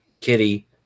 Kitty